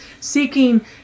seeking